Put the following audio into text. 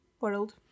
world